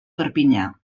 perpinyà